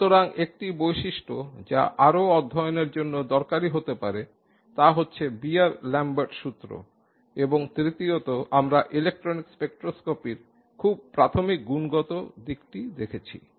সুতরাং একটি বৈশিষ্ট্য যা আরও অধ্যয়নের জন্য দরকারী হতে পারে তা হচ্ছে বিয়ার ল্যাম্বার্ট সুত্র এবং তৃতীয়ত আমরা ইলেকট্রনিক স্পেকট্রস্কপির খুব প্রাথমিক গুণগত দিকটি দেখেছি